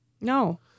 No